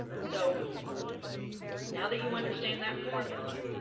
so now that you understand that formula,